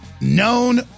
known